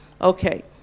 Okay